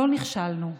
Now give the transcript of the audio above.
לא נכשלנו.